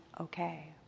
okay